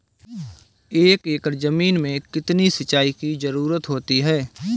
एक एकड़ ज़मीन में कितनी सिंचाई की ज़रुरत होती है?